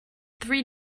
three